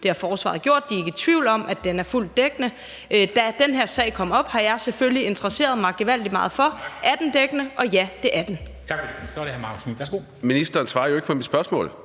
Det har Forsvaret gjort. De er ikke i tvivl om, at den er fuldt dækkende. Da den her sag kom op, har jeg selvfølgelig interesseret mig gevaldig meget for, om den er dækkende – og ja, det er den.